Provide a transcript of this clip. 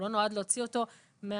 לא נועד להוציא אותו מהמגרש.